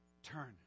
Turn